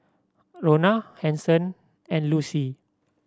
Rona Hanson and Lucy